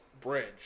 bridge